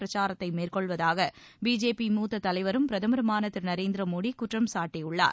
பிரச்சாரத்தை மேற்கொள்வதாக பிஜேபி மூத்த தலைவரும் பிரதமருமான திரு நரேந்திர மோடி குற்றம் சாட்டியுள்ளார்